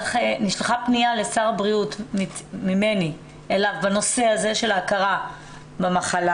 שנשלחה פניה לשר הבריאות ממני אליו בנושא הזה של ההכרה במחלה.